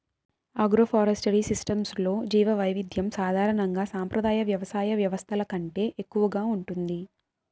agroforestry సిస్టమ్స్లో జీవవైవిధ్యం సాధారణంగా సంప్రదాయ వ్యవసాయ వ్యవస్థల కంటే ఎక్కువగా ఉంటుంది